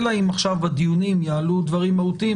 אלא אם עכשיו בדיונים יעלו דברים מהותיים.